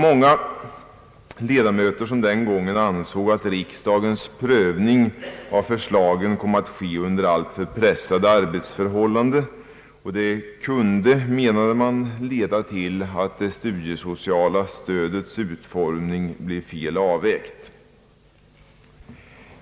Många ledamöter ansåg den gången att riksdagens prövning av förslagen kom att ske under alltför pressade arbetsförhållanden. Det kunde, menade man, leda till att det studiesociala stödets utformning blev fel avvägd.